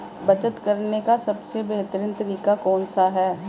बचत करने का सबसे बेहतरीन तरीका कौन सा है?